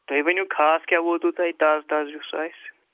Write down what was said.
تُہۍ ؤنِو خاص کیٛاہ ووتُو تۄہہِ تازٕ تازٕ یُس آسہِ